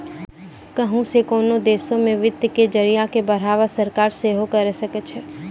कहुं से कोनो देशो मे वित्त के जरिया के बढ़ावा सरकार सेहे करे सकै छै